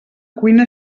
cuina